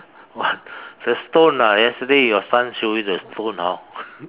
what the stone ah yesterday your son show you the stone hor